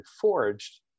forged